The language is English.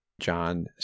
john